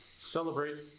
celebrate.